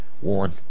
one